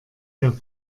der